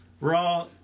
Raw